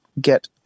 get